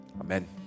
Amen